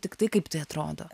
tiktai kaip tai atrodo